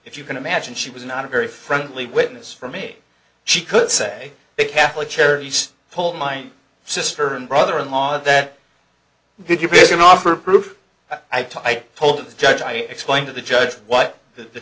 if you can imagine she was not a very friendly witness for me she could say a catholic charities pull my sister and brother in law that would you be an offer proof i took i told the judge i explained to the judge what the